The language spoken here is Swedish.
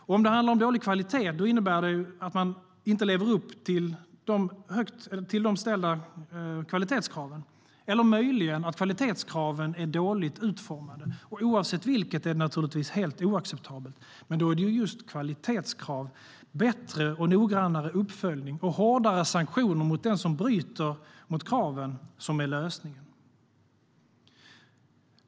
Om det handlar om dåligt kvalitet innebär det att man inte lever upp till de ställda kvalitetskraven eller möjligen att kvalitetskraven är dåligt utformade. I vilket fall som helst är det naturligtvis helt oacceptabelt. Men då är det just kvalitetskrav, bättre och noggrannare uppföljning och hårdare sanktioner mot den som bryter mot kraven som är lösningen.